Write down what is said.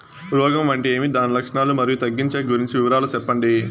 రోగం అంటే ఏమి దాని లక్షణాలు, మరియు తగ్గించేకి గురించి వివరాలు సెప్పండి?